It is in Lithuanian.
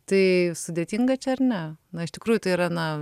tai sudėtinga čia ar ne na iš tikrųjų tai yra na